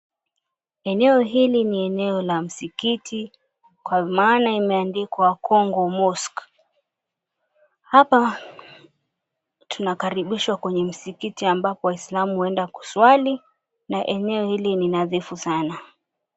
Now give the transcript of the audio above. Eneo hili ni eneo la msikiti kwa maana imeandikwa Congo Mosque. Hapa tunakaribishwa kwenye msikiti ambapo Waislamu huenda kuswali na eneo hili ni nadhifu sana.